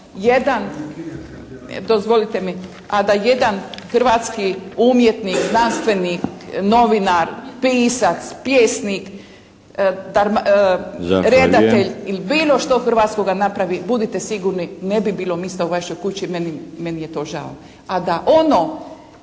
a da jedan hrvatski umjetnik, znanstvenik, novinar, pisac, pjesnik, redatelj …… /Upadica: Zahvaljujem./ … Ili bilo što hrvatskoga napravi budite sigurni ne bi bilo mista u vašoj kući meni je to žao.